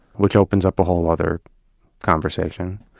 which opens up a whole other conversation.